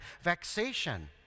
vexation